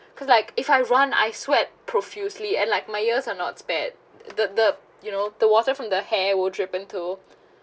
cause like if I run I sweat profusely and like my ears are not spared the the you know the water from the hair will drip into